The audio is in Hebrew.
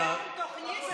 תוכנית,